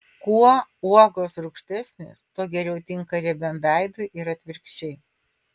kuo uogos rūgštesnės tuo geriau tinka riebiam veidui ir atvirkščiai